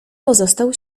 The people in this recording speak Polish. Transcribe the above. pozostał